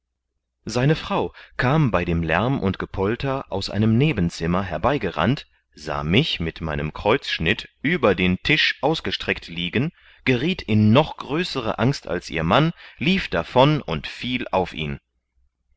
seine frau kam bei dem lärm und gepolter aus einem nebenzimmer herbeigerannt sah mich mit meinem kreuzschnitt über den tisch ausgestreckt liegen gerieth in noch größere angst als ihr mann lief davon und fiel auf ihn